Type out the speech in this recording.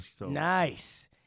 Nice